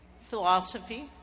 philosophy